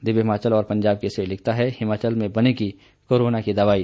दिव्य हिमाचल और पंजाब केसरी लिखता है हिमाचल में बनेगी करोना की दवाई